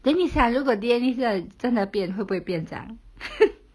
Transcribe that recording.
then 你想如果 D_N_A 是真的变会不会变这样